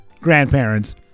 grandparents